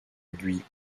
guye